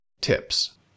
tips